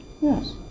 Yes